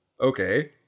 Okay